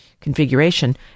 configuration